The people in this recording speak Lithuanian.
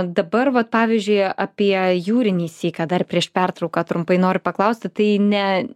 dabar vat pavyzdžiui apie jūrinį syką dar prieš pertrauką trumpai noriu paklausti tai ne